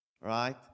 right